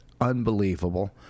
unbelievable